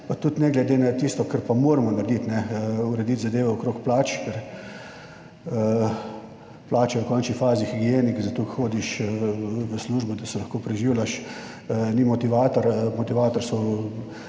tudi ne glede na tisto, kar pa moramo narediti, urediti zadeve okrog plač, plača je v končni fazi higienik, zato hodiš v službo, da se lahko preživljaš, ni motivator, motivator so